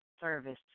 service